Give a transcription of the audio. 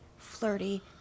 Flirty